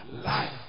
Life